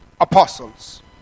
apostles